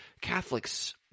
Catholics